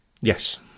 Yes